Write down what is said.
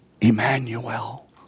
Emmanuel